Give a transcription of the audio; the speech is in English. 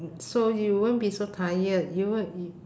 so you won't be so tired you won't y~